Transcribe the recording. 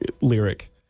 lyric